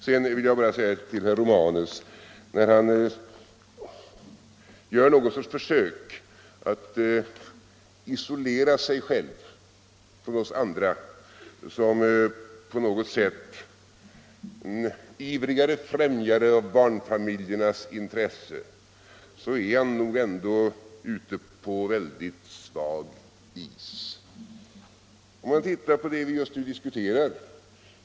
Sedan vill jag bara säga till herr Romanus att han, när han gör någon sorts försök att isolera sig själv från oss andra som en på något sätt ivrigare främjare av barnfamiljernas intresse, nog ändå är ute på svag is. Låt oss titta på det vi just nu diskuterar.